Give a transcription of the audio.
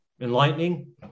enlightening